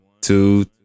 Two